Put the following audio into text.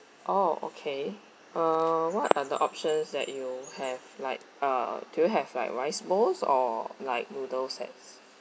oh okay uh what are the options that you have like uh do you have like rice bowls or like noodle sets